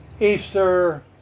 Easter